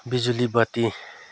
बिजुली बत्ती